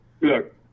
Look